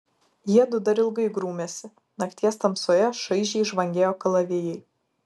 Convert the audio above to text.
jiedu dar ilgai grūmėsi nakties tamsoje šaižiai žvangėjo kalavijai